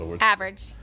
Average